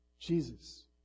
Jesus